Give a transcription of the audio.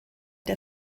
der